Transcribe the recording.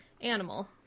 animal